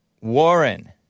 Warren